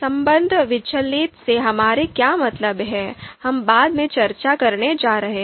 संबंध विच्छेद से हमारा क्या मतलब है हम बाद में चर्चा करने जा रहे हैं